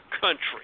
country